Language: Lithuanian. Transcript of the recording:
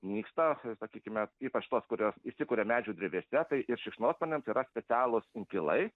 nyksta sakykime ypač tos kurios įsikuria medžių drevėse tai ir šikšnosparniams yra specialūs inkilai